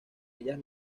ellas